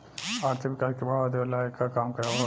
आर्थिक विकास के बढ़ावा देवेला एकर काम होला